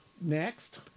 Next